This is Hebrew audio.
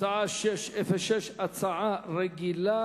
הצעה לסדר-היום מס' 606, הצעה רגילה,